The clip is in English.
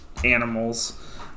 animals